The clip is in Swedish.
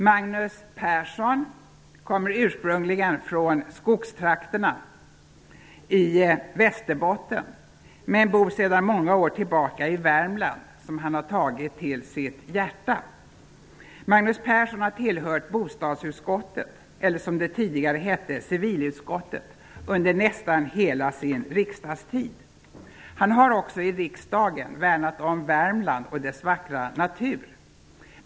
Magnus Persson kommer ursprungligen från skogstrakterna i Västerbotten men bor sedan många år tillbaka i Värmland, som han har tagit till sitt hjärta. Magnus Persson har tillhört bostadsutskottet, eller som det tidigare hette, civilutskottet, under nästan hela sin riksdagstid. Han har också i riksdagen värnat om Värmland och dess vackra natur.